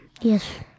Yes